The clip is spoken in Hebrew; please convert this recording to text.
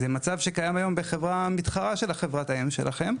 זה מצב שקיים היום בחברה מתחרה של חברת האם שלכם,